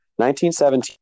1917